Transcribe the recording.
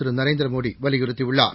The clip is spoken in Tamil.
திரு நரேந்திரமோடி வலியுறுத்தியுள்ளார்